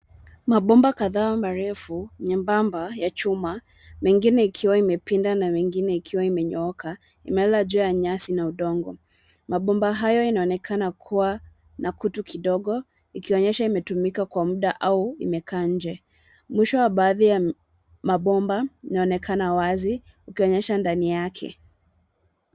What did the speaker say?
Mabomba kadhaa marefu nyembamba ya chuma, mengine ikiwa imepinda na mengine ikiwa imenyooka, imelala juu ya nyasi na udongo. Mabomba hayo inaonekana kuwa na kutu kidogo, ikionyesha imetumika kwa muda au imekaa nje. Mwisho ya baadhi ya mabomba, inaonekana wazi ukionyesha ndani yake.